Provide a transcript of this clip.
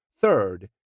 Third